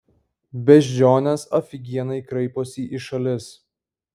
beždžionės afigienai kraiposi į šalis